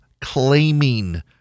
claiming